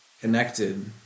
connected